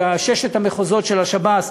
בששת המחוזות של השב"ס,